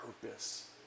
purpose